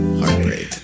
heartbreak